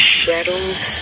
shadows